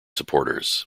supporters